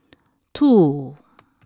two